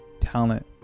talent